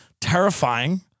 Terrifying